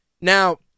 Now